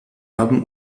haben